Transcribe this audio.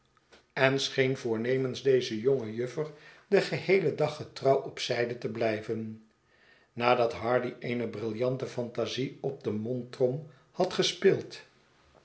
en seheen voornemens deze jonge juffer den geheelen dag getrouwop zijde te blijven nadat hardy eene brillante fantasie op de mondtrom had gespeeld